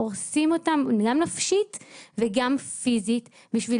הורסים אותם גם נפשית וגם פיזית בשביל